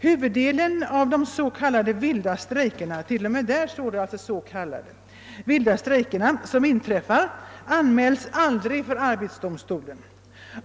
Huvuddelen av de s.k. vilda strejker» —— »som inträffar anmäls aldrig för Arbetsdomstolen.